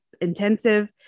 intensive